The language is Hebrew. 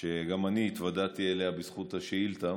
שגם אני התוודעתי אליה בזכות השאילתה,